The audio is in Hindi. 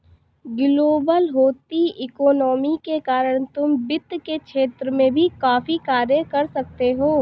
ग्लोबल होती इकोनॉमी के कारण तुम वित्त के क्षेत्र में भी काफी कार्य कर सकते हो